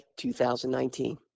2019